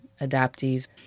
adoptees